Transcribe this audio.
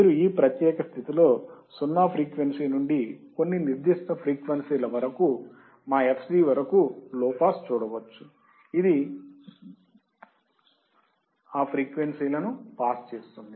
మీరు ఈ ప్రత్యేక స్థితిలో 0 ఫ్రీక్వెన్సీ నుండి కొన్ని నిర్దిష్ట ఫ్రీక్వెన్సీల వరకు మా fc వరకు లో పాస్ చూడవచ్చు ఇది ఆ ఫ్రీక్వెన్సీలను పాస్ చేస్తుంది